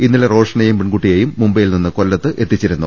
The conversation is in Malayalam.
ഇന്നലെ റോഷനേയും പെൺകുട്ടിയേയും മുംബൈയിൽ നിന്ന് കൊല്ലത്ത് എത്തിച്ചിരുന്നു